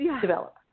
develop